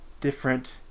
different